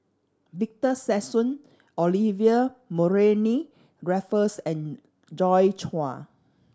Victor Sassoon Olivia Mariamne Raffles and Joi Chua